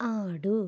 ఆడు